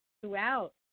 throughout